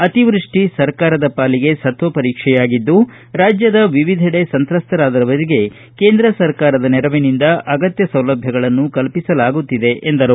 ಅತಿವೃಷ್ಟಿ ಸರ್ಕಾರದ ಪಾಲಿಗೆ ಸತ್ತಪರೀಕ್ಷೆಯಾಗಿದ್ದು ರಾಜ್ಯದ ವಿವಿದೆಡೆ ಸಂತ್ರಸ್ಟರಾದವರಿಗೆ ಕೇಂದ್ರ ಸರ್ಕಾರದ ನೆರವಿನಿಂದ ಅಗತ್ಯ ಸೌಲಭ್ಯ ಕಲ್ಪಿಸಲಾಗುತ್ತಿದೆ ಎಂದರು